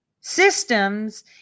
systems